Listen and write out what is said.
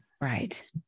Right